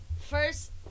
first